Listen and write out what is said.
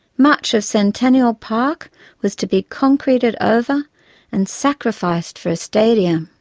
much of centennial park was to be concreted over and sacrificed for a stadium.